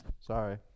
Sorry